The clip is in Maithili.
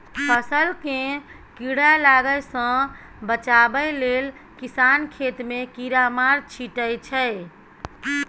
फसल केँ कीड़ा लागय सँ बचाबय लेल किसान खेत मे कीरामार छीटय छै